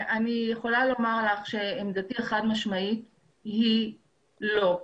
אני יכולה לומר לך שעמדתי החד-משמעית היא לא.